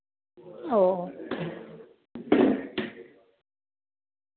ഓ